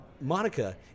Monica